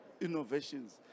innovations